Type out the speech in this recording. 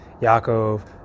Yaakov